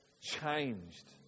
changed